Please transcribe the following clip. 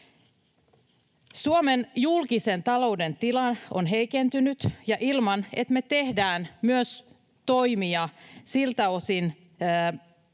Suomen julkisen talouden tila on heikentynyt, ja ilman, että me tehdään toimia myös siltä osin,